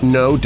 no